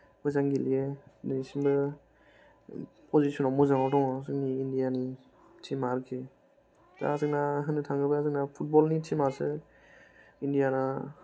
मोजां गेलेयो बेसोरबो पजिसना मोजाङाव दङ जोंनि इण्डियानि टीमा आरोखि दा जोंना होन्नो थाङोबा जोंना फुतबलनि टीमासो इण्डियाना